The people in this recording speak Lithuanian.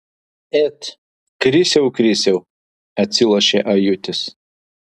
et krisiau krisiau atsilošia ajutis